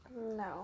No